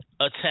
attack